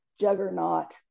juggernaut